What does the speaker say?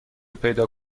پیدا